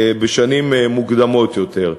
בשנים מוקדמות יותר.